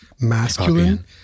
masculine